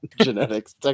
Genetics